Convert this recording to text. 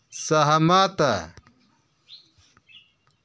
सहमत